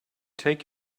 take